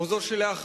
או זאת שאחריה,